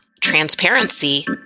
transparency